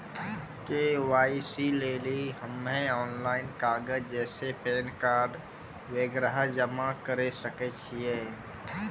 KYC लेली हम्मय online कागज जैसे पैन कार्ड वगैरह जमा करें सके छियै?